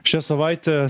šią savaitę